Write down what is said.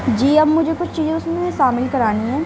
جی اب مجھے کچھ چیزیں اس میں شامل کرانی ہیں